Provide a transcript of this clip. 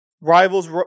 Rivals